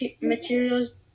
materials